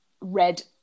red